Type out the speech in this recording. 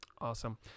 Awesome